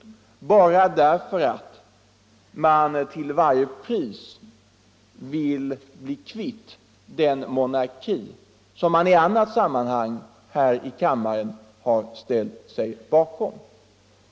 Detta bara därför att man till varje pris vill bli kvitt den monarki som man i annat sammanhang här i kammaren ställt sig bakom.